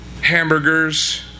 hamburgers